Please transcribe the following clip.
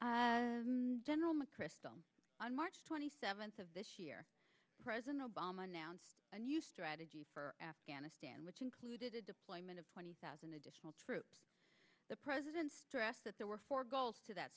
today general mcchrystal on march twenty seventh of this year president obama announced a new strategy for afghanistan which included the deployment of twenty thousand additional troops the president stressed that there were four goals to that